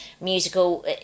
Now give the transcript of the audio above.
musical